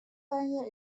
wenje